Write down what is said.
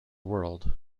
world